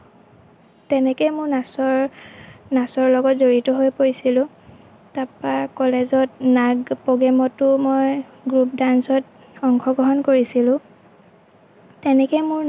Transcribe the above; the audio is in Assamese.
তেনেকৈয়ে মোৰ নাচৰ নাচৰ লগত জড়িত হৈ পৰিছিলোঁ তাৰপৰা কলেজত নাক প্ৰ'গেমতো মই গ্ৰুপ ডান্সত অংশগ্ৰহণ কৰিছিলোঁ তেনেকৈ মোৰ